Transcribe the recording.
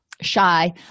shy